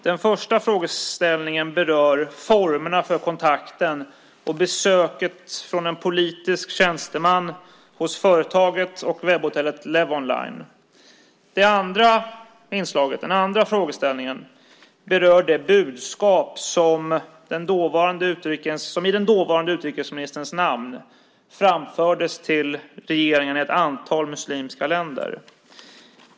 Den första frågeställningen berör formerna för kontakten och besöket från en politisk tjänsteman hos företaget och webbhotellet Levonline. Den andra frågeställningen berör det budskap som i den dåvarande utrikesministerns namn framfördes till regeringen i ett antal muslimska länder.